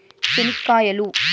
చెనిక్కాయలు